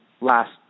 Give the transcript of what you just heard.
last